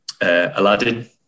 Aladdin